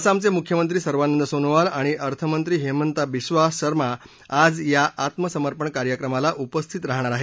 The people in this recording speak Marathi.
असमचे मुख्यमंत्री सर्वानंद सोनोवाल आणि अर्थमंत्री हिमांता बिस्वा सर्मा आज या आत्मसमर्पण कार्यक्रमाला उपस्थित राहणार आहेत